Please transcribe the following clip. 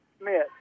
Smith